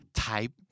type